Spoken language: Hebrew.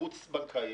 החוץ בנקאיים,